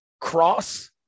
cross